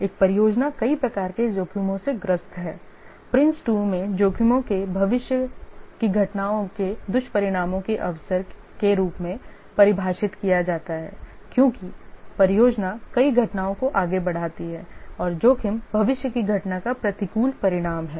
एक परियोजना कई प्रकार के जोखिमों से ग्रस्त है PRINCE 2 मैं जोखिमों को भविष्य की घटनाओं के दुष्परिणामों के अवसर के रूप में परिभाषित किया जाता है क्योंकि परियोजना कई घटनाओं को आगे बढ़ाती है और जोखिम भविष्य की घटना का प्रतिकूल परिणाम है